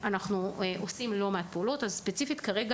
כרגע,